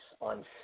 on